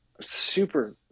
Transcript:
super